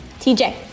TJ